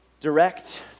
direct